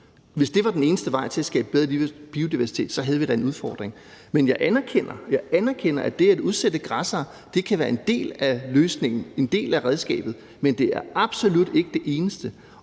Hvis det var den eneste vej til at skabe bedre biodiversitet, havde vi da en udfordring. Men jeg anerkender – jeg anerkender – at det at udsætte græssere kan være en del af løsningen, en del af redskabet, men det er absolut ikke det eneste.